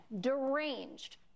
deranged